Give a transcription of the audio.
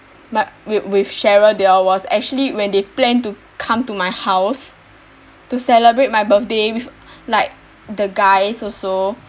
with with cheryl they all was actually when they plan to come to my house to celebrate my birthday with like the guys also